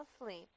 asleep